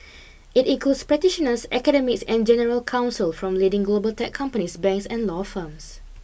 it includes practitioners academics and general counsel from leading global tech companies banks and law firms